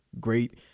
Great